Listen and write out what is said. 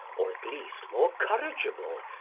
or at least more corrigible,